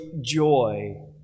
joy